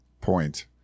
point